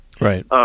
right